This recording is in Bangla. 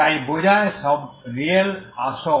তাই বোঝায় সব আসল